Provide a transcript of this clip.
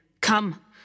Come